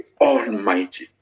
Almighty